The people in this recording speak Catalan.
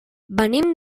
venim